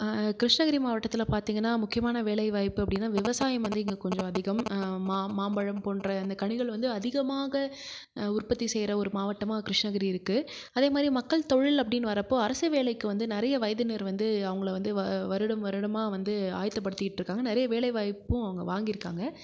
கிருஷ்ணகிரி மாவட்டத்தில் பார்த்தீங்கன்னா முக்கியமான வேலைவாய்ப்பு அப்படின்னா விவசாயம் வந்து இங்கே கொஞ்சம் அதிகம் மாம்பழம் போன்ற அந்த கனிகள் வந்து அதிகமாக உற்பத்தி செய்கிற ஒரு மாவட்டமாக கிருஷ்ணகிரி இருக்கு அதேமாதிரி மக்கள் தொழில் அப்படின்னு வரப்போது அரசு வேலைக்கு வந்து நிறைய வயதினர் வந்து அவங்கள வந்து வருடம் வருடமாக வந்து ஆயத்த படுத்திகிட்டுருக்காங்க நிறைய வேலைவாய்ப்பும் அங்கே வாங்கியிருக்காங்க